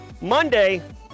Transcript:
Monday